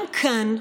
גם כאן,